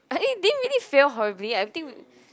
It didn't really fail horribly I think